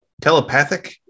telepathic